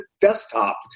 desktop